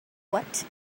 what